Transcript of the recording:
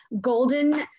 golden